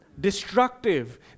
destructive